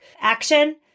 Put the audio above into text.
action